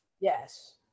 yes